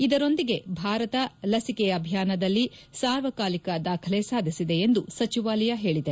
ಇದರೊಂದಿಗೆ ಭಾರತ ಲಸಿಕೆ ಅಭಿಯಾನದಲ್ಲಿ ಸಾರ್ವಕಾಲಿಕ ದಾಖಲೆ ಸಾಧಸಿದೆ ಎಂದು ಸಚಿವಾಲಯ ಹೇಳಿದೆ